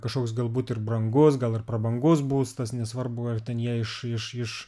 kažkoks galbūt ir brangus gal ir prabangus būstas nesvarbu ar ten jie iš iš iš